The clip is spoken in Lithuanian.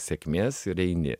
sėkmės ir eini